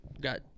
got